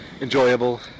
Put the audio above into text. enjoyable